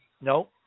No